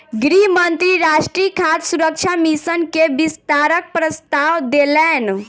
गृह मंत्री राष्ट्रीय खाद्य सुरक्षा मिशन के विस्तारक प्रस्ताव देलैन